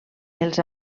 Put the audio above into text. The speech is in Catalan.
els